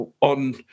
on